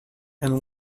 and